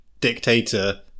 dictator